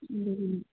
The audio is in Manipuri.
ꯑꯗꯨꯒꯤꯅꯤ